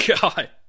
God